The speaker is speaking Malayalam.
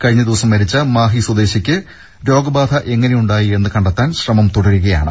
കഴിഞ്ഞ ദിവസം മരിച്ച മാഹി സ്വദേശിയ്ക്ക് രോഗബാധ എങ്ങനെയുണ്ടായി എന്നു കണ്ടെത്താൻ ശ്രമം തുടരുകയാണ്